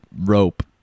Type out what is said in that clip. rope